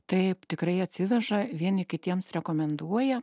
taip tikrai atsiveža vieni kitiems rekomenduoja